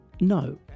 no